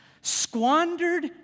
squandered